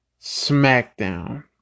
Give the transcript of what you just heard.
SmackDown